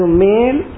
male